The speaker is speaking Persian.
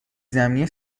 زمینی